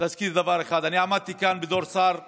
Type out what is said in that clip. להזכיר דבר אחד: עמדתי כאן בתור שר נוסף,